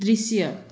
दृश्य